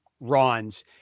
Ron's